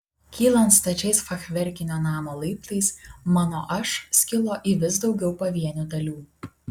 kylant stačiais fachverkinio namo laiptais mano aš skilo į vis daugiau pavienių dalių